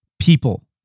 people